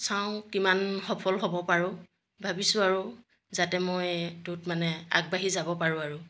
চাওঁ কিমান সফল হ'ব পাৰোঁ ভাবিছোঁ আৰু যাতে মই এইটোত মানে আগবাঢ়ি যাব পাৰোঁ আৰু